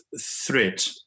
threat